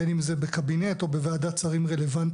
בין אם זה בקבינט או בין אם בוועדת שרים רלוונטית